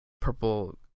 purple